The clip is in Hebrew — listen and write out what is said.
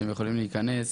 שהם יכולים להיכנס,